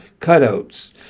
cutouts